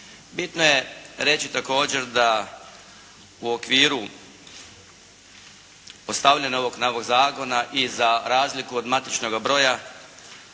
Bitno je reći također da u okviru postavljanja ovog nekog zakona i za razliku od matičnoga broja,